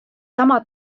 sama